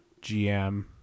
GM